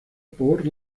por